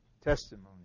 testimony